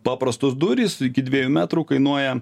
paprastos durys iki dviejų metrų kainuoja